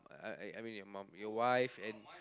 I I I mean your mum your wife and